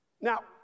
Now